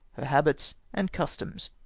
her habits, and customs.